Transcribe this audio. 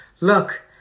Look